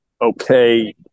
okay